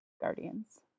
Guardians